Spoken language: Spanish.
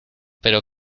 pero